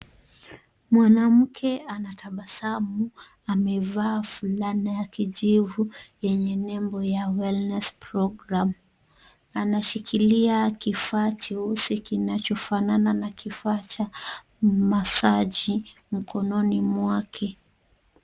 Mwanamke anatabasamu. Amevaa fulana ya kijivu yenye nembo ya wellness program . Anashikilia kifaa cheusi kinachofanana na kifaa cha masaji mkononi mwake.